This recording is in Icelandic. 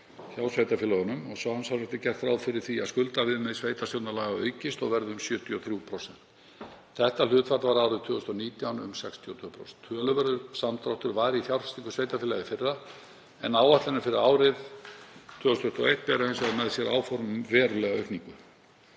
hjá sveitarfélögunum og samsvarandi er gert ráð fyrir því að skuldaviðmið sveitarstjórnarlaga aukist og verði um 73%. Þetta hlutfall var árið 2019 um 62%. Töluverður samdráttur var í fjárfestingum sveitarfélaga í fyrra en áætlanir fyrir árið 2021 bera hins vegar með sér áform um verulega aukningu.